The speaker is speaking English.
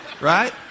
Right